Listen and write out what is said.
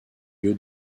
lieu